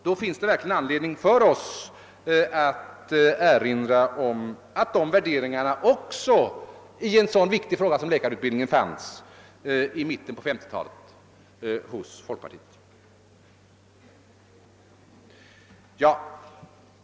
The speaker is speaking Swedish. Det finns verkligen anledning för oss att erinra om att dessa vär deringar, i en så viktig fråga som läkarutbildningen, i mitten av 1950-talet förekom också hos folkpartiet.